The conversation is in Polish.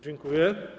Dziękuję.